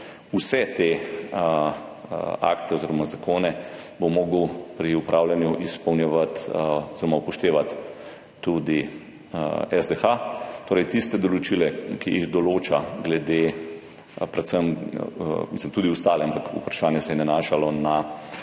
Vse te akte oziroma zakone bo moral pri upravljanju izpolnjevati oziroma upoštevati tudi SDH. Torej, tiste določila, ki jih določa, mislim, tudi ostale, ampak vprašanje se je nanašalo na